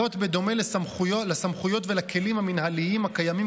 זאת' בדומה לסמכויות ולכלים המינהליים הקיימים